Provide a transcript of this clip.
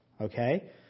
okay